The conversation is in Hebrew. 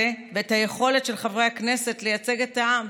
ואת היכולת של חברי הכנסת לייצג את העם,